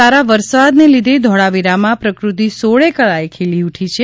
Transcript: સારા વરસાદને લીધે ધોળાવિરામાં પ્રકૃતિ સોળેકળાએ ખીલી ઊઠી છે